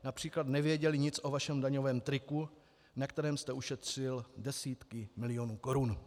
Například nevěděli nic o vašem daňovém triku, na kterém jste ušetřil desítky milionů korun.